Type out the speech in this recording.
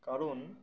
কারণ